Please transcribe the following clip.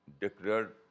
declared